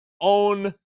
own